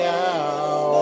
now